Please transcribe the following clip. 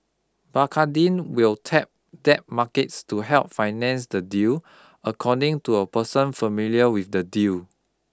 Bacardi will tap debt markets to help finance the deal according to a person familiar with the deal